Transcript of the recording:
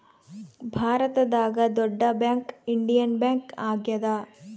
ಭಾರತದಾಗ ದೊಡ್ಡ bank Indian bank ಆಗ್ಯಾದ